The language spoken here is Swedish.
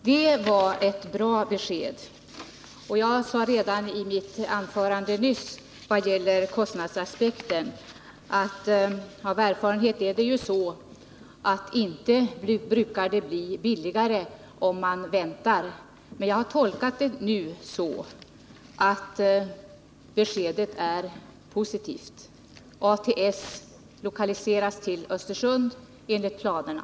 Herr talman! Det var ett bra besked! Jag sade redan i mitt anförande nyss om kostnadsaspekten att av erfarenhet är det så, att det inte brukar bli billigare om man väntar. Nu tolkar jag beskedet som positivt: ATS lokaliseras till Östersund enligt planerna.